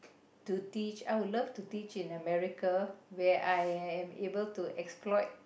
to teach I would love to teach in America where I am able to exploit